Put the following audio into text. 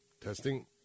Testing